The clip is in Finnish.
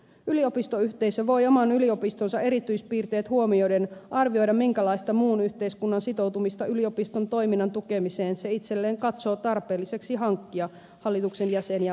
yliopistoyhteisö voi oman yliopistonsa erityispiirteet huomioiden arvioida minkälaista muun yhteiskunnan sitoutumista yliopiston toiminnan tukemiseen se itselleen katsoo tarpeelliseksi hankkia hallituksen jäseniä valitessaan